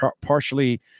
partially